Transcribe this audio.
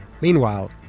Meanwhile